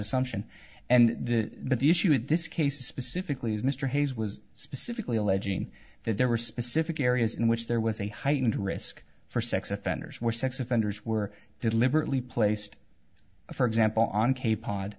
assumption and but the issue in this case specifically is mr hayes was specifically alleging that there were specific areas in which there was a heightened risk for sex offenders where sex offenders were deliberately placed for example on cape cod